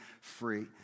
free